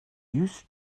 used